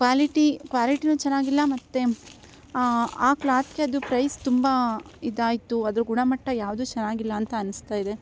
quality ಕ್ವಾಲಿಟಿನೂ ಚೆನ್ನಾಗಿಲ್ಲ ಮತ್ತು ಆ ಕ್ಲಾತ್ಗೆ ಅದು ಪ್ರೈಸ್ ತುಂಬ ಇದಾಯಿತು ಅದ್ರ ಗುಣಮಟ್ಟ ಯಾವ್ದೂ ಚೆನ್ನಾಗಿಲ್ಲ ಅಂತ ಅನಿಸ್ತಾಯಿದೆ